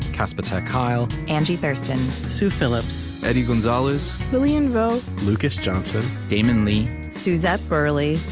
casper ter kuile, angie thurston, sue phillips, eddie gonzalez, lilian vo, lucas johnson, damon lee, suzette burley,